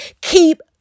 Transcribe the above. Keep